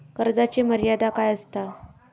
कर्जाची मर्यादा काय असता?